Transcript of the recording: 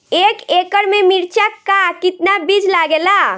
एक एकड़ में मिर्चा का कितना बीज लागेला?